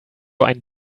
ein